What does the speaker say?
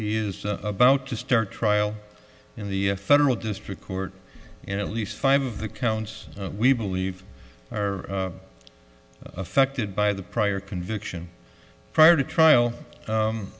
he is about to start trial in the federal district court in at least five of the counts we believe are affected by the prior conviction prior to trial